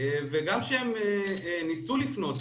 וגם כשהם ניסו לפנות,